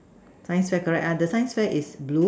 science fair correct ah the science fair is blue